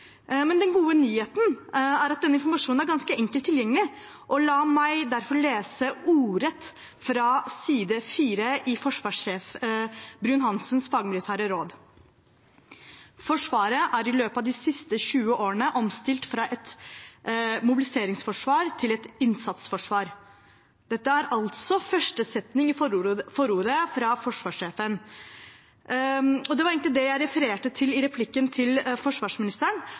men den gode nyheten er at denne informasjonen er ganske enkelt tilgjengelig. La meg derfor lese ordrett fra side 4 i Et forsvar i endring: «Forsvaret er i løpet av de siste 20 årene omstilt fra et mobiliseringsforsvar til et innsatsforsvar.» Dette er første setning i forordet fra forsvarssjefen. Og det var egentlig det jeg refererte til i replikken til forsvarsministeren.